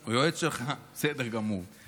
הוא יועץ שלך, בסדר גמור.